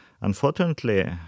Unfortunately